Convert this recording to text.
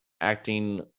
acting